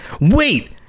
Wait